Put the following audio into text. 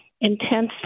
intense